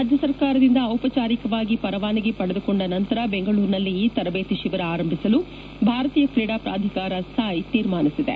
ರಾಜ್ಯ ಸರ್ಕಾರದಿಂದ ಔಪಚಾರಿಕವಾಗಿ ಪರವಾನಗಿ ಪಡೆದುಕೊಂಡ ನಂತರ ಬೆಂಗಳೂರಿನಲ್ಲಿ ಈ ತರಬೇತಿ ಶಿಬಿರ ಆರಂಭಿಸಲು ಭಾರತೀಯ ಕ್ರೀಡಾ ಪ್ರಾಧಿಕಾರ ಸಾಯ್ ತೀರ್ಮಾನಿಸಿದೆ